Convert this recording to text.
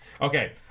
Okay